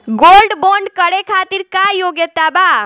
Gold bond करे खातिर का योग्यता बा?